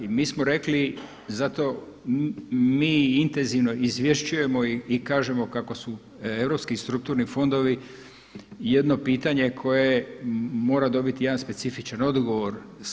Mi smo rekli za to mi intenzivno izvješćujemo i kažemo kako su europski strukturni fondovi jedno pitanje koje mora dobiti jedan specifičan odgovor.